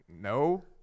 No